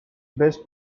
best